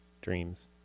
dreams